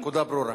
הנקודה ברורה.